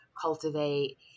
Cultivate